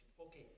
Okay